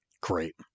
Great